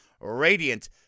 Radiant